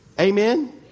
Amen